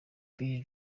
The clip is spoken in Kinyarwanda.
billy